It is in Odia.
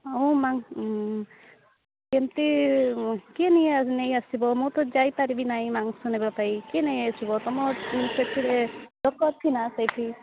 ଆଉ ମାଂସ କେମିତି କିଏ ନେଇ ନେଇ ଆସିବ ମୁଁ ତ ଯାଇ ପାରିବିନି ନାଇଁ ମାଂସ ନେବା ପାଇଁ କିଏ ନେଇଆସିବ ତୁମ ସେଥିରେ ଲୋକ ଅଛି ନା ସେଇଠି